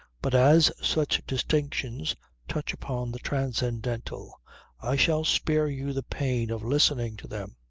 but as such distinctions touch upon the transcendental i shall spare you the pain of listening to them.